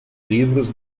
livros